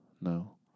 No